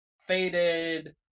faded